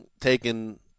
taken